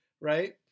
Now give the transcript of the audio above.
right